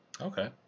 Okay